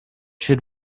should